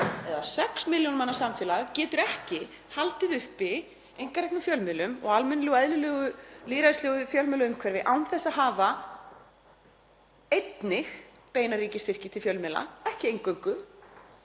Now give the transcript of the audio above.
eða sex milljóna samfélag getur ekki haldið uppi einkareknum fjölmiðlum og almennilegu, eðlilegu, lýðræðislegu fjölmiðlaumhverfi án þess að hafa einnig beina ríkisstyrki til fjölmiðla, ekki eingöngu,